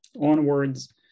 onwards